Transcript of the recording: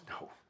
No